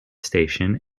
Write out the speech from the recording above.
station